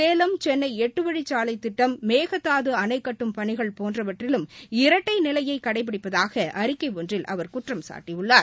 சேலம் சென்னை எட்டு வழிச் சாலைத் திட்டம் மேகதாது அணைக்கட்டும் பணிகள் போன்றவற்றிலும் இரட்டை நிலைய கடைபிடிப்பதாக அறிக்கை ஒன்றில் அவர் குற்றம்சாட்டியுள்ளார்